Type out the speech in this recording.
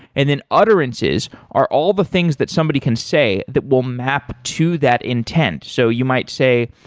and then utterances are all the things that somebody can say that will map to that intent. so you might say,